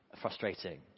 frustrating